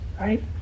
right